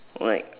like